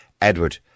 Edward